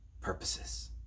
purposes